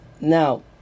Now